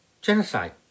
Genocide